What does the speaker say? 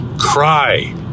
cry